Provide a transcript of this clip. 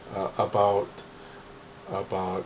uh about about